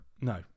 no